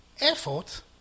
effort